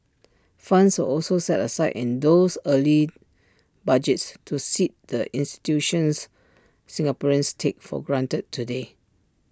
funds were also set aside in those early budgets to seed the institutions Singaporeans take for granted today